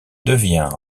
devient